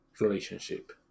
relationship